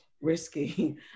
risky